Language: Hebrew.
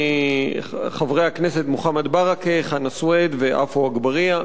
חברי הכנסת מוחמד ברכה, חנא סוייד ועפו אגבאריה,